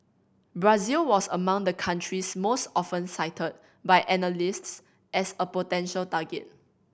Brazil was among the countries most often cited by analysts as a potential target